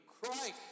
Christ